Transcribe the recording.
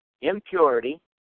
impurity